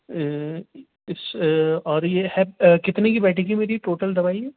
اس اور یہ ہے کتنے کی بیٹھےگی ٹوٹل دوائیاں